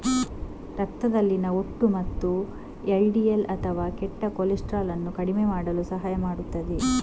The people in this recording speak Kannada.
ರಕ್ತದಲ್ಲಿನ ಒಟ್ಟು ಮತ್ತು ಎಲ್.ಡಿ.ಎಲ್ ಅಥವಾ ಕೆಟ್ಟ ಕೊಲೆಸ್ಟ್ರಾಲ್ ಅನ್ನು ಕಡಿಮೆ ಮಾಡಲು ಸಹಾಯ ಮಾಡುತ್ತದೆ